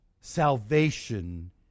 Salvation